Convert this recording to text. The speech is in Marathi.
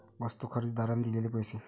वस्तू खरेदीदाराने दिलेले पैसे